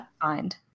find